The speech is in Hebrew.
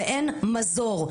ואין מזור.